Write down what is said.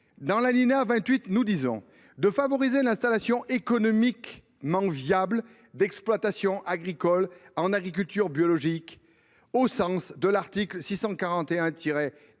pour l’alinéa 28 : il s’agit de « favoriser l’installation économiquement viable d’exploitations agricoles en agriculture biologique au sens de l’article L.